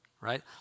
right